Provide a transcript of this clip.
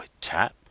tap